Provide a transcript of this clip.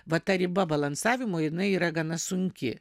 vat ta riba balansavimo jinai yra gana sunki